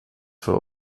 für